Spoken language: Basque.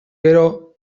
gero